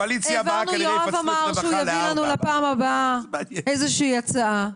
יואב אמר לנו שהוא יביא לנו לפעם הבאה איזושהי הצעה.